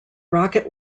rocket